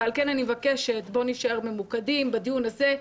ועל כן אני מבקשת בואו נישאר ממוקדם בדיון הזה.